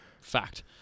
fact